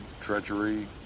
treachery